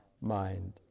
mind